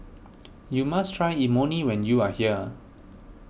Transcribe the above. you must try Imoni when you are here